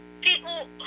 People